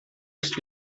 ist